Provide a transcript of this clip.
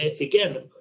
again